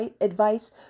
advice